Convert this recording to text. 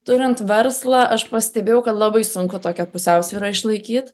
turint verslą aš pastebėjau kad labai sunku tokią pusiausvyrą išlaikyt